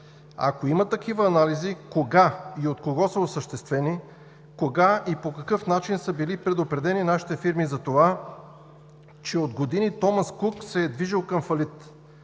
Ако има такива анализи, кога и от кого са осъществени, кога и по какъв начин са били предупредени нашите фирми за това, че от години „Томас Кук“ се е движил към фалит?